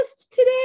today